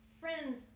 friends